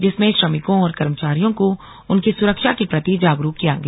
जिसमें श्रमिकों और कर्मचारियों को उनकी सुरक्षा के प्रति जागरूक किया गया